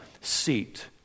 seat